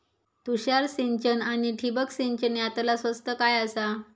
तुषार सिंचन आनी ठिबक सिंचन यातला स्वस्त काय आसा?